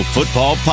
Football